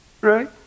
Right